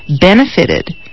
benefited